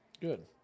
Good